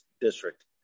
district